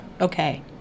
Okay